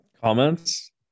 Comments